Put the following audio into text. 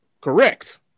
Correct